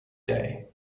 day